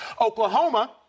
Oklahoma